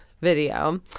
video